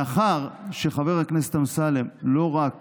מאחר שחבר הכנסת אמסלם לא רק